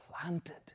planted